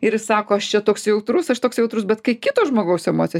ir jis sako aš čia toks jautrus aš toks jautrus bet kai kito žmogaus emocijos